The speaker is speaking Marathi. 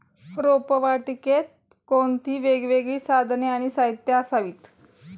रोपवाटिकेत कोणती वेगवेगळी साधने आणि साहित्य असावीत?